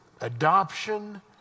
adoption